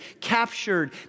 captured